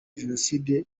jenoside